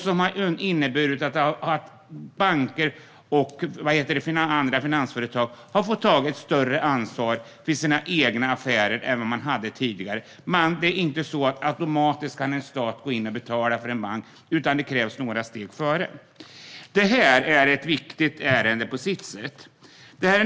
Det har inneburit att banker och andra finansföretag har fått ta ett större ansvar för sina egna affärer än man gjorde tidigare. En stat kan inte automatiskt gå in och betala för en bank, utan det krävs några steg dessförinnan. Detta är ett viktigt ärende på sitt sätt.